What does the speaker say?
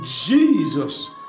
Jesus